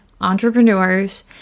entrepreneurs